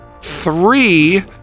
three